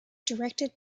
directed